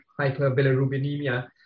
hyperbilirubinemia